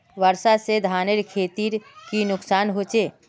वर्षा से धानेर खेतीर की नुकसान होचे?